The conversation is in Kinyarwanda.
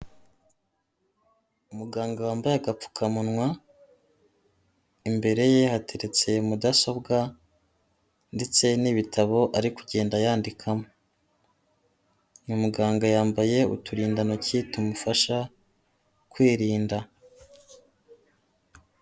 UImuganga wambaye agapfukamunwa imbere ye hateretse mudasobwa ndetse n'ibitabo ari kugenda yandikamo, umuganga yambaye uturindantoki tumufasha kwirinda.